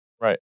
Right